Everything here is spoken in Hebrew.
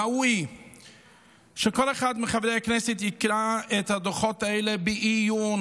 ראוי שכל אחד מחברי הכנסת יקרא את הדוחות האלה בעיון,